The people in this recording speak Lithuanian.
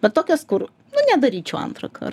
bet tokios kur nu nedaryčiau antrąkart